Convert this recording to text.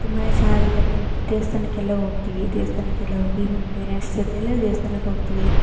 ತುಂಬನೇ ಚನ್ನಾಗಿರುತ್ತೆ ಟೆಂಪಲ್ ದೇವಸ್ಥಾನಕ್ಕೆಲ್ಲ ಹೋಗ್ತೀವಿ ದೇವಸ್ಥಾನಕ್ಕೆಲ್ಲ ಹೋಗಿ ಪೇರೆಂಟ್ಸ್ ಜೊತೆಯಲ್ಲೇ ದೇವಸ್ಥಾನಕ್ಕೆ ಹೋಗ್ತೀವಿ